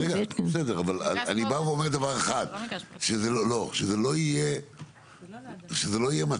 זה לא על האדמה.